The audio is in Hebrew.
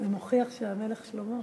זה מוכיח שהמלך שלמה,